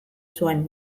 zuen